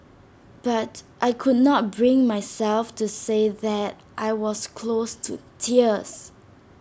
but I could not bring myself to say that I was close to tears